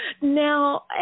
Now